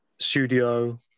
studio